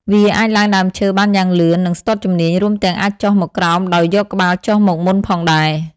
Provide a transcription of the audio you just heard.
វាអាចឡើងដើមឈើបានយ៉ាងលឿន និងស្ទាត់ជំនាញ រួមទាំងអាចចុះមកក្រោមដោយយកក្បាលចុះមកមុនផងដែរ។